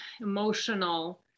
emotional